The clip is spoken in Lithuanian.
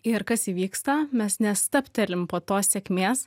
ir kas įvyksta mes nestabtelim po tos sėkmės